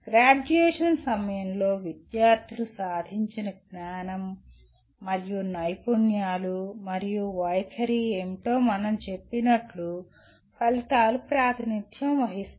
graduation సమయంలో విద్యార్థులు సాధించిన జ్ఞానం మరియు నైపుణ్యాలు మరియు వైఖరి ఏమిటో మనం చెప్పినట్లు ఫలితాలు ప్రాతినిధ్యం వహిస్తాయి